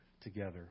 together